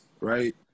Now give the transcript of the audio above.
right